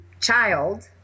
child